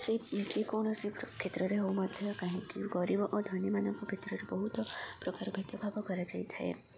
ସେ ଯେକୌଣସି କ୍ଷେତ୍ରରେ ହଉ ମଧ୍ୟ କାହିଁକି ଗରିବ ଓ ଧନୀ ମାନଙ୍କ କ୍ଷେତ୍ରରେ ବହୁତ ପ୍ରକାର ଭେଦଭାବ କରାଯାଇଥାଏ